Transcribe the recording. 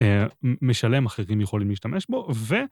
משלם אחרים יכולים להשתמש בו, ו...